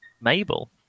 Mabel